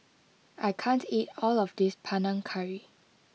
I can't eat all of this Panang Curry